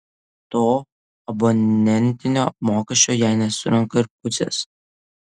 to abonentinio mokesčio jei nesurenka ir pusės